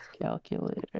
Calculator